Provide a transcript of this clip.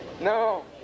No